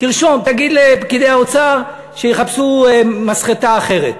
תרשום, תגיד לפקידי האוצר שיחפשו מסחטה אחרת.